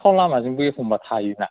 सिखाव लामाजोंबो एखमबा थायोना